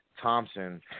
Thompson